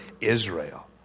Israel